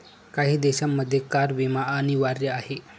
काही देशांमध्ये कार विमा अनिवार्य आहे